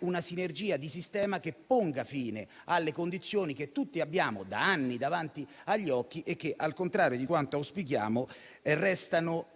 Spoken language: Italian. una sinergia di sistema che ponga fine alle condizioni che tutti abbiamo da anni davanti agli occhi e che, al contrario di quanto auspichiamo, restano